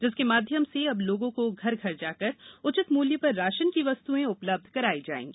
जिसके माध्यम से अब लोगों को घर घर जाकर उचित मूल्य पर राशन की वस्तुएं उपलब्ध कराई जायेंगी